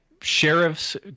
sheriffs